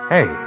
Hey